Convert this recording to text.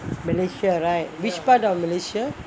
malaysia right which part of malaysia